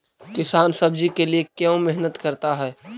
किसान सब्जी के लिए क्यों मेहनत करता है?